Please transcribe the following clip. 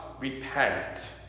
repent